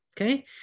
Okay